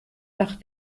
nach